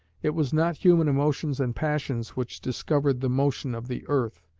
it was not human emotions and passions which discovered the motion of the earth,